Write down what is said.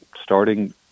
starting